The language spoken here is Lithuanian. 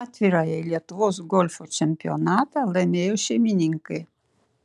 atvirąjį lietuvos golfo čempionatą laimėjo šeimininkai